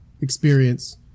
experience